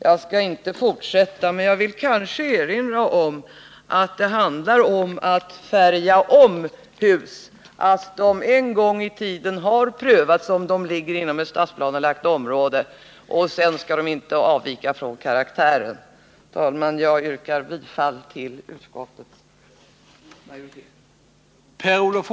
Jag skall inte fortsätta, men jag vill erinra om att det handlar om att färga om hus. De har en gång i tiden prövats i det här hänseendet, om de ligger inom ett stadsplanelagt område, och sedan skall de inte avvika från karaktären. Herr talman! Jag yrkar bifalll till utskottets hemställan.